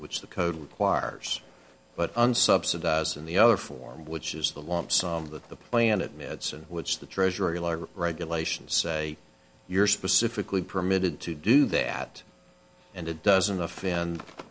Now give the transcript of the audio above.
which the code requires but unsubsidized in the other form which is the lump sum that the planet minutes in which the treasury regulations say you're specifically permitted to do that and it doesn't offend